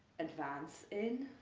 advance in.